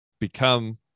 become